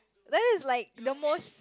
that is like the most